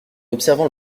observant